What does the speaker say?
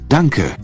Danke